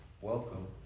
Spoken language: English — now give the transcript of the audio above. welcome